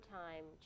time